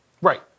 Right